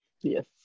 Yes